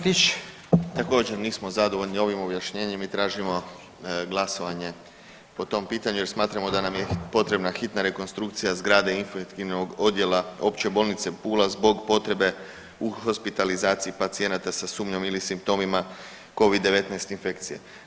Također nismo zadovoljni ovim objašnjenjem i tražimo glasovanje po tom pitanju jer smatramo da nam je potrebna hitna rekonstrukcija zgrade infektivnog odjela Opće bolnice Pula zbog potrebe u hospitalizaciji pacijenata sa sumnjom ili simptomima Covid-19 infekcije.